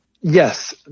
Yes